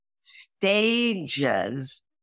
stages